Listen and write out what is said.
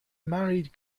married